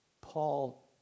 Paul